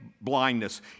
blindness